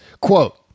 quote